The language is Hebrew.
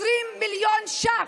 20 מיליון ש"ח,